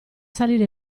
salire